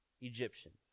Egyptians